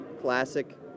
classic